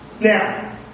Now